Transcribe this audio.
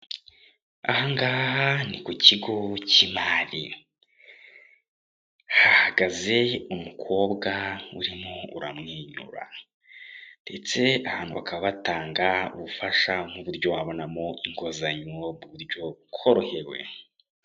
Aha ngaha ni kukigo k'imari. Hahagaze umukobwa urimo uramwenyura ndetse aha hantu bakaba batanga ubufasha bw'uburyo wabonamo inguzanyo muburyo bukoroheye